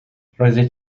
roeddet